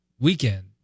weekend